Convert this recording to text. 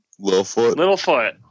Littlefoot